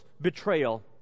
betrayal